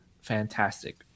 fantastic